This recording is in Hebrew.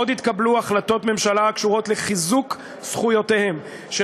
עוד התקבלו החלטות ממשלה הקשורות לחיזוק זכויותיהם של